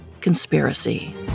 conspiracy